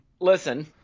Listen